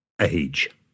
Age